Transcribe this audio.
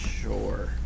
sure